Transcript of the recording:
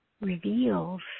reveals